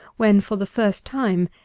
when, for the first time,